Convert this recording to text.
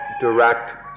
direct